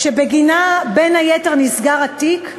שבגינה, בין היתר, נסגר התיק,